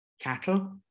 cattle